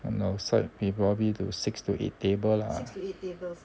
on our side may probably to six to eight table lah